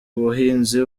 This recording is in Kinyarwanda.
buhinzi